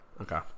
Okay